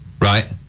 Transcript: Right